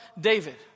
David